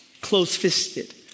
close-fisted